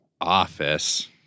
office